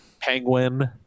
penguin